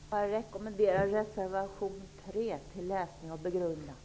Herr talman! Jag rekommenderar reservation nr 3 till läsning och begrundan.